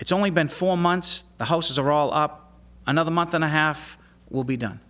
it's only been four months the houses are all up another month and a half will be done